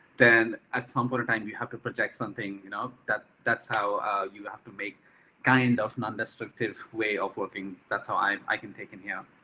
then at some point in time, you have to project something. you know that's that's how you have to make kind of nondestructive way of working. that's how i i can take in here.